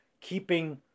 keeping